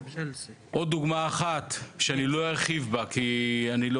עוד דוגמה אחת שאני לא ארחיב בה כי אני לא